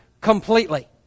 completely